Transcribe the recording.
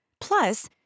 Plus